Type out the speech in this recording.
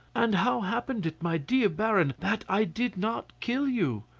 and how happened it, my dear baron, that i did not kill you?